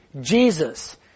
Jesus